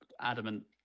adamant